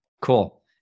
Cool